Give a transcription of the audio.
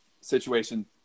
situation